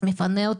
מזרסקי שמתייחסת